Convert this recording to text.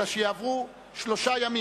אלא שיעברו שלושה ימים.